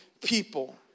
people